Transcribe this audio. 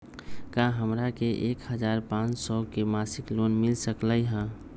का हमरा के एक हजार पाँच सौ के मासिक लोन मिल सकलई ह?